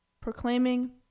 proclaiming